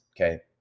Okay